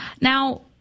Now